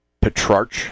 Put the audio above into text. Petrarch